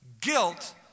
guilt